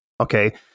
Okay